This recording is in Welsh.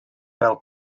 fel